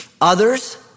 others